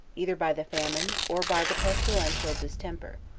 either by the famine, or by the pestilential distemper,